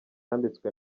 yambitswe